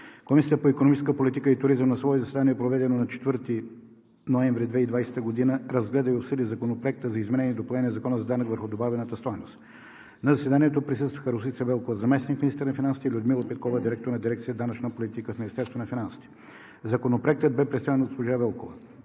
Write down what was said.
Комисията по икономическа политика и туризъм на свое заседание, проведено на 4 ноември 2020 г., разгледа и обсъди Законопроекта за изменение и допълнение на Закона за данък върху добавената стойност, № 002-01-57. На заседанието присъстваха: Росица Велкова – заместник-министър на финансите, и Людмила Петкова – директор на дирекция „Данъчна политика“ в Министерството на финансите. Законопроектът бе представен от госпожа Велкова.